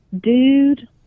dude